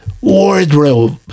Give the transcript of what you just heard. wardrobe